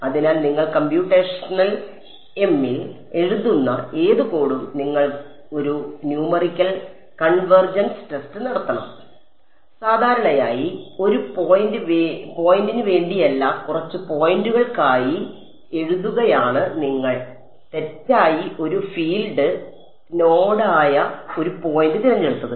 അതിനാൽ നിങ്ങൾ കമ്പ്യൂട്ടേഷണൽ എമിൽ എഴുതുന്ന ഏത് കോഡും നിങ്ങൾ ഒരു ന്യൂമറിക്കൽ കൺവേർജൻസ് ടെസ്റ്റ് നടത്തണം സാധാരണയായി ഒരു പോയിന്റിന് വേണ്ടിയല്ല കുറച്ച് പോയിന്റുകൾക്കായി എന്തുകൊണ്ടാണ് നിങ്ങൾ തെറ്റായി ഒരു ഫീൽഡ് നോഡായ ഒരു പോയിന്റ് തിരഞ്ഞെടുത്തത്